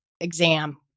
exam